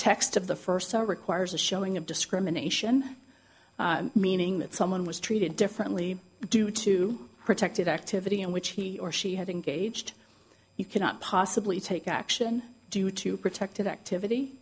text of the first so requires a showing of discrimination meaning that someone was treated differently due to protected activity in which he or she had engaged you cannot possibly take action due to protective activity